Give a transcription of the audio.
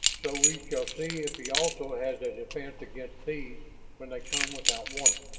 so, we shall see if he also has a defense against these when they come without warning.